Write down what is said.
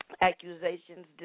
accusations